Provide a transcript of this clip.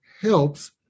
helps